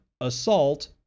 assault